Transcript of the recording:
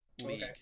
League